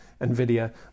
nvidia